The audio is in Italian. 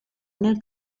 nel